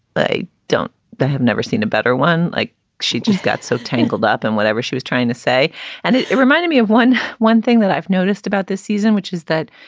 they don't they have never seen a better one like she just got so tangled up. and whatever she was trying to say and it reminded me of one one thing that i've noticed about this season, which is that